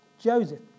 Joseph